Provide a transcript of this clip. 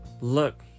Look